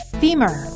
femur